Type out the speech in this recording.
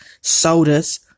sodas